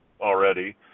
already